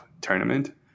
tournament